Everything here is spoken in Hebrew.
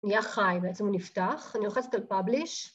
‫נהיה חי בעצם, הוא נפתח. ‫אני לוחצת על פאבליש.